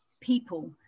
people